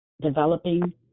developing